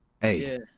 Hey